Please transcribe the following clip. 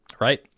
right